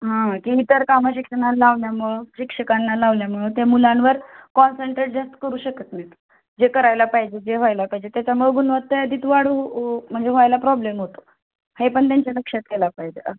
हा की इतर कामं शिक्षकाना लावल्यामुळं शिक्षकांना लावल्यामुळं त्या मुलांवर कॉन्सन्ट्रेट जास्त करू शकत नाहीत जे करायला पाहिजे जे व्हायला पाहिजे त्याच्यामुळं गुणवत्ता यादीत वाढ म्हणजे व्हायला प्रॉब्लेम होतो हे पण त्यांच्या लक्षात यायला पाहिजे